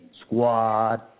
Squad